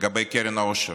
לגבי קרן העושר.